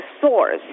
source